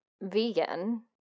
vegan